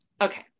Okay